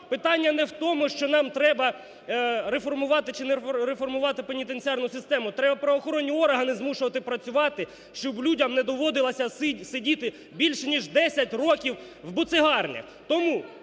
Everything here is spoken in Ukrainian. питання не в тому, що нам треба реформувати чи не реформувати пенітенціарну систему, треба правоохоронні органи змушувати працювати, щоб людям не доводилося сидіти більше ніж десять років в буцегарнях.